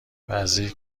وزیر